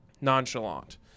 nonchalant